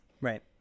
Right